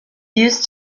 used